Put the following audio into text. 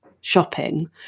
shopping